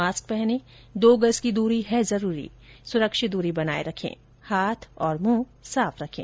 mask पहनें दो गज की दूरी है जरूरी सुरक्षित दूरी बनाए रखें हाथ और मुंह साफ रखें